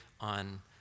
on